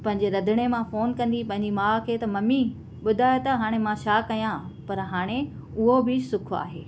पंहिंजे रंधिणे मां फोन कंदी पंहिंजी माउ खे त ममी ॿुधाए त हाणे मां छा कयां पर हाणे उहो बि सुखु आहे